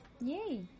Yay